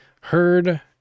heard